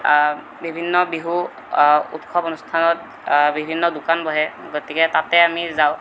বিভিন্ন বিহু উৎসৱ অনুষ্ঠানত বিভিন্ন দোকান বহে গতিকে তাতে আমি যাওঁ